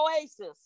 oasis